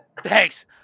thanks